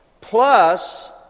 plus